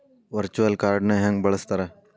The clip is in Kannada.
ವರ್ಚುಯಲ್ ಕಾರ್ಡ್ನ ಹೆಂಗ ಬಳಸ್ತಾರ?